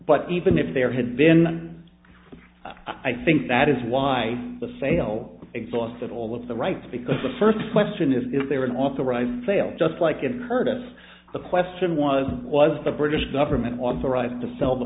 but even if there had been i think that is why the sale exhausted all of the rights because the first question is is there an authorized sale just like it occurred as the question was was the british government authorized to sell the